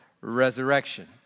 resurrection